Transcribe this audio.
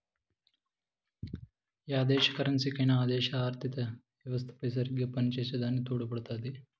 yeah దేశ కరెన్సీకైనా ఆ దేశ ఆర్థిత యెవస్త సరిగ్గా పనిచేసే దాని తోడుపడుతాది